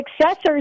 successors